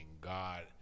God